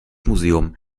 museum